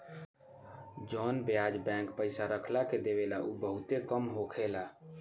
जवन ब्याज बैंक पइसा रखला के देवेला उ बहुते कम होखेला